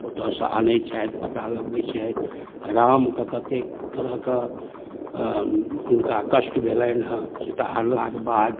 ओतऽसँ आनै छथि पता लगबै छथि रामके कतेक तरहके हुनका कष्ट भेलनि हँ सीता हरलाके बाद